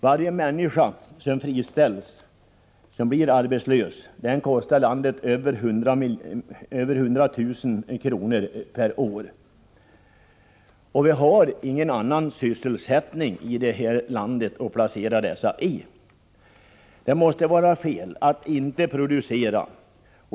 Varje människa som friställs och blir arbetslös kostar landet över 100 000 kr. per år. Vi har ingen annan sysselsättning här i landet att placera dessa arbetslösa i. Då måste det väl vara fel att inte producera.